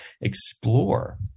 explore